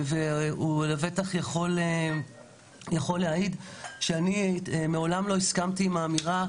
הוא בטח יכול להעיד שאני מעולם לא הסכמתי עם האמירה,